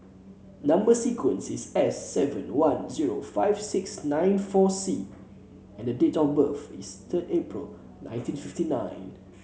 number sequence is S seven one zero five six nine four C and date of birth is third April nineteen fifty nine